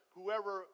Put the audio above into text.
Whoever